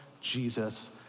Jesus